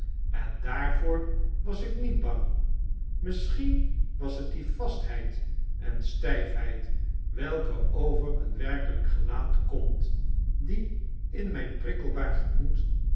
onbeweeglp endaarvoor was ik niet bang misschien was het die vastheid en stjjfheid welke over een werkelp gelaat komt die in mp